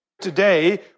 Today